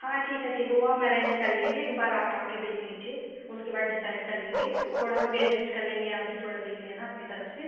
हाँ ठीक है ठीक है वो हम एरेंज कर लेंगे एक बार आप आ कर देख लीजिए उसके बाद डिसाइड कर लेंगे थोड़ा हम एडजेस्ट कर लेंगे आप भी थोड़ा देख लेना अपनी तरफ से